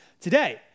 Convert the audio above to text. today